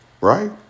right